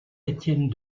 étienne